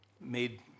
made